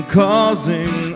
causing